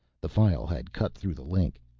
the file had cut through the link.